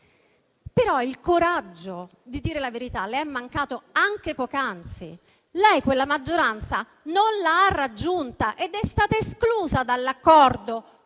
però il coraggio di dire la verità le è mancato anche poc'anzi. Lei quella maggioranza non l'ha raggiunta ed è stata esclusa dall'accordo